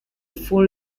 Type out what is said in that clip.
full